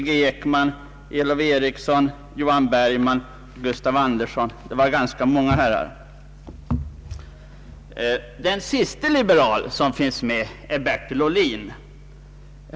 G. Ekman, Elof Ericsson, Johan Bergman och Gustaf Andersson. Det blev ganska många herrar. Den siste liberal som finns med är Bertil Ohlin.